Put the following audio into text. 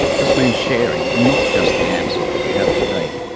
this means sharing not just the answers that we have to date,